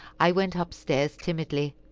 i went up-stairs timidly,